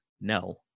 no